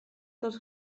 dels